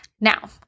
Now